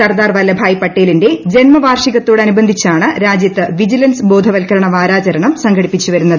സർദാർ വല്ലഭായി പട്ടേലിന്റെ ജന്മ വാർഷികത്തോടനുബന്ധിച്ചാണ് രാജ്യത്ത് വിജിലൻസ് ബോധവൽക്കരണ വാരാചരണം സംഘടിപ്പിച്ചു വരുന്നത്